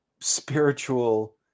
spiritual